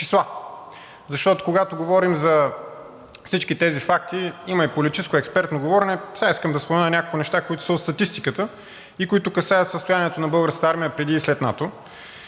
защото, когато говорим за всички тези факти, има и политическо, експертно говорене, сега искам да спомена няколко неща, които са от статистиката и които касаят състоянието на Българската армия преди и след НАТО,